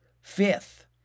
Fifth